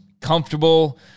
comfortable